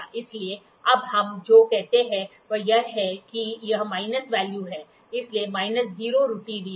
इसलिए अब हम जो कहते हैं वह यह है कि यह माइनस वैल्यू है इसलिए माइनस 0 त्रुटि रीडिंग